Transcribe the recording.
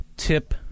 tip